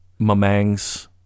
Mamang's